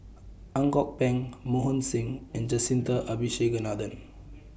Ang Kok Peng Mohan Singh and Jacintha Abisheganaden